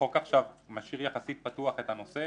שהחוק עכשיו משאיר יחסית פתוח את הנושא,